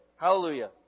Hallelujah